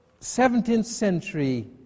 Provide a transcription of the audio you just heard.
17th-century